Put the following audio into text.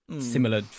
similar